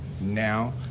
now